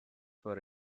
for